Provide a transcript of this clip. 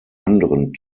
anderen